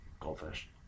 Goldfish